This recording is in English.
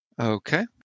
Okay